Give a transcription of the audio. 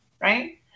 Right